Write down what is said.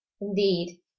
indeed